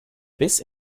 bis